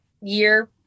year